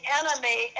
enemy